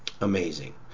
amazing